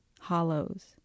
hollows